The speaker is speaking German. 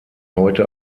heute